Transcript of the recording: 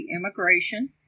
immigration